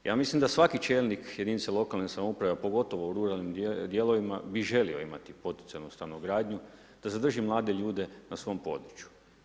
Ja mislim da svaki čelnik jedinice lokalne samouprave pogotovo u ruralnim dijelovima bi želio imati poticajnu stanogradnju, da zadrži mlade ljude na svom području.